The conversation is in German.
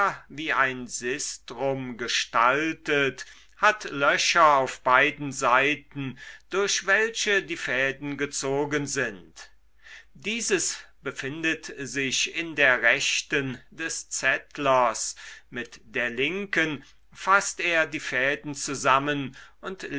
wie ein sistrum gestaltet hat löcher auf beiden seiten durch welche die fäden gezogen sind dieses befindet sich in der rechten des zettlers mit der linken faßt er die fäden zusammen und